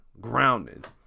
grounded